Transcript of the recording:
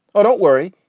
oh, don't worry.